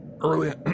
early